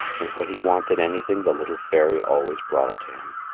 and when he wanted anything, the little fairy always brought it to him.